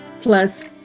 Plus